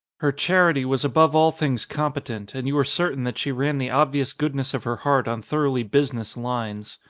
her charity was above all things competent and you were certain that she ran the obvious goodness of her heart on thor oughly business lines.